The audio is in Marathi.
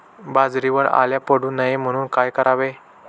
बाजरीवर अळ्या पडू नये म्हणून काय करावे?